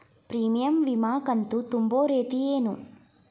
Premium ವಿಮಾ ಕಂತು ತುಂಬೋ ರೇತಿ ಏನು?